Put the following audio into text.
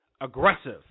aggressive